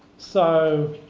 so